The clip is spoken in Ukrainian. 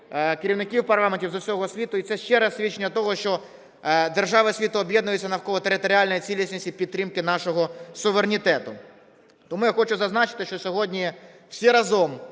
керівників парламентів з усього світу, і це ще раз свідчення того, що держави світу об'єднуються навколо територіальної цілісності і підтримки нашого суверенітету. Тому я хочу зазначити, що сьогодні всі разом